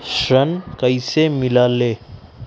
ऋण कईसे मिलल ले?